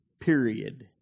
Period